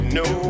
no